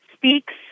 speaks